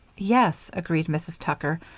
yes, agreed mrs. tucker,